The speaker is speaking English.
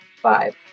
Five